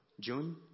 June